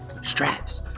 Strats